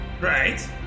Right